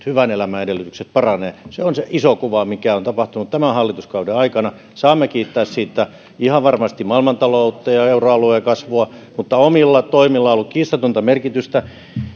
hyvän elämän edellytykset paranevat se on se iso kuva mikä on tapahtunut tämän hallituskauden aikana saamme kiittää siitä ihan varmasti maailmantaloutta ja euroalueen kasvua mutta omilla toimillamme on ollut kiistatonta merkitystä